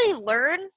learn